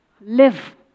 Live